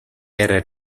era